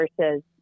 versus